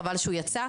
חבל שהוא יצא,